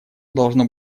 должно